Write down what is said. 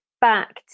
back